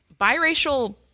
biracial